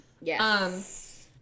Yes